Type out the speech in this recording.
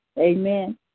Amen